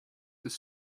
this